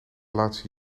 laatste